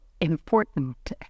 important